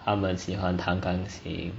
他们喜欢弹钢琴